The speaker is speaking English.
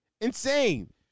insane